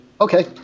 okay